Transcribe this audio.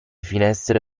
finestre